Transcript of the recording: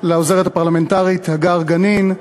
לעוזרת הפרלמנטרית הגר גנין,